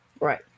Right